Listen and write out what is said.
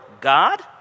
God